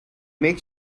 make